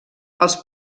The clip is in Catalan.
els